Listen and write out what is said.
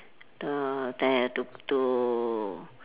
the there to to